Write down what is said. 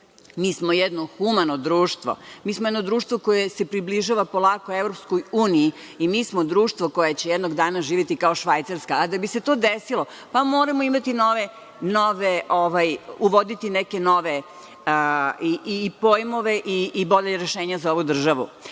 Mi smo jedno humano društvo. Mi smo jedno društvo koje se približava polako EU i mi smo društvo koje će jednog dana živeti Švajcarska. A da bi se to desilo, pa moramo uvoditi neke nove i pojmove i bolja rešenja za ovu državu. Naime,